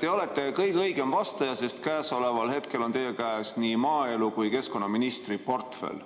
Teie olete kõige õigem vastaja, sest käesoleval hetkel on teie käes nii maaelu‑ kui ka keskkonnaministri portfell.